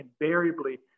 invariably